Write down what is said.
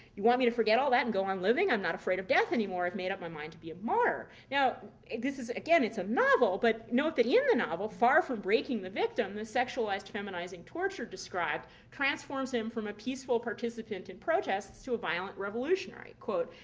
you want me to forget all that and go on living? i'm not afraid of death anymore. i've made up my mind to be a martyr. now this is again it's a novel but note that in the novel, far from breaking the victim, the sexualized, feminizing torture described transforms him from a peaceful participant in protests to a violent revolutionary. quote,